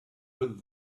with